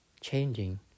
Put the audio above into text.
changing